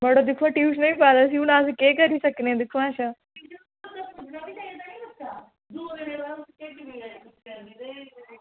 मड़ो दिक्खो हून इसी ट्यूशनै ई पाये दा अस केह् करी सकने आं दिक्खो ऐसा